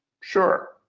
sure